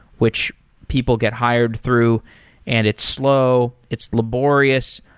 which people get hired through and it's slow. it's laborious.